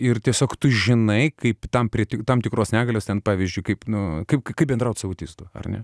ir tiesiog tu žinai kaip tam pri tam tikros negalios ten pavyzdžiui kaip nu kaip kaip bendraut su autistų ar net